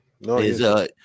No